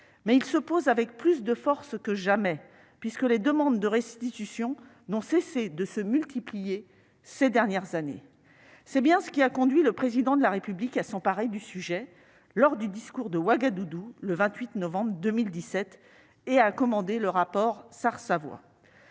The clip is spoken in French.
Mais il se pose avec plus de force que jamais, puisque les demandes de restitutions n'ont cessé de se multiplier au cours des dernières années. C'est bien ce qui a conduit le Président de la République à s'emparer du sujet lors du discours de Ouagadougou, le 28 novembre 2017, et à commander le rapport Sarr-Savoy.